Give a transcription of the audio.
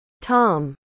Tom